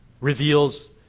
reveals